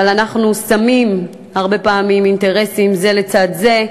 אבל אנחנו שמים הרבה פעמים אינטרסים זה לצד זה,